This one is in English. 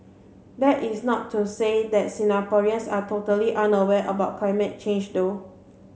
that is not to say that Singaporeans are totally unaware about climate change though